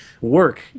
work